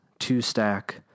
two-stack